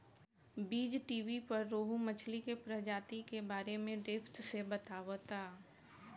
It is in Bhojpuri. बीज़टीवी पर रोहु मछली के प्रजाति के बारे में डेप्थ से बतावता